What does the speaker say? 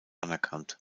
anerkannt